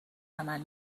عمل